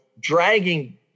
dragging